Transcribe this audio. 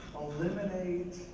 eliminate